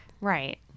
right